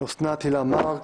אוסנת הילה מארק,